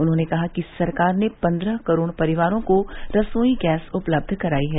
उन्होने कहा कि सरकार ने पन्द्रह करोड़ परिवारों को रसोई गैस उपलब्ध कराई है